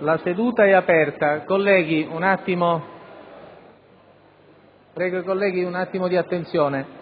La seduta è ripresa. Colleghi, vi chiedo un attimo di attenzione.